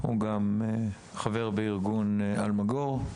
הוא גם חבר בארגון אלמגור.